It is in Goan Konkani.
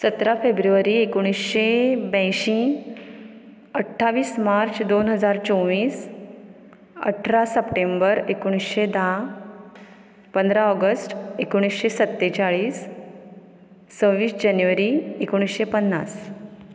सतरा फेब्रुवारी एकोणीशेॆ ब्यायंशीं अट्टावीस मार्च दोन हजार चोवीस अठरा सप्टेंबर एकोणीशें धा पंदरा ऑगस्ट एकोणीशे सत्तेचाळीस सव्वीस जानेवारी एकोणीशे पन्नास